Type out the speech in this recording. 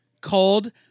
called